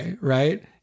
right